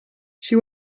she